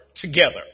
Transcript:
together